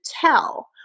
tell